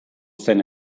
zen